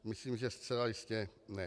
Myslím, že zcela jistě ne.